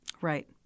Right